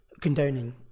condoning